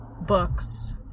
books